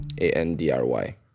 a-n-d-r-y